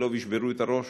שאיכילוב ישברו את הראש?